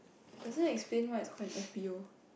doesn't explain why it's called an F_B_O